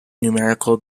numerical